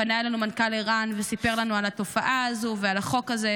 פנה אלינו מנכ"ל ער"ן וסיפר לנו על התופעה הזו ועל החוק הזה,